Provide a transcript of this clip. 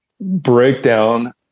breakdown